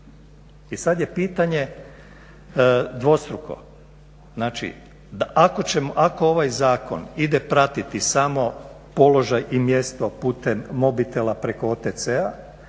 I sada je pitanje dvostruko. Znači, da ako ćemo, ako ovaj zakon ide pratiti samo položaj i mjesto putem mobitela preko OTC-a,